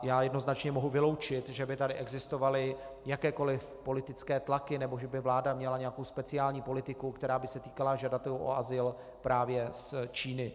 Já jednoznačně mohu vyloučit, že by tady existovaly jakékoliv politické tlaky nebo že by vláda měla nějakou speciální politiku, která by se týkala žadatelů o azyl právě z Číny.